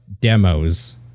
demos